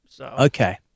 Okay